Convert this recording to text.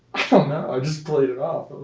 i don't know! i just played it off!